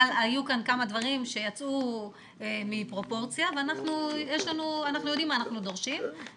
אבל היו כאן כמה דברים שיצאו מפרופורציה ואנחנו יודעים מה אנחנו דורשים.